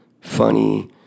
funny